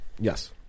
Yes